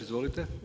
Izvolite.